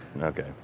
Okay